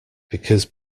because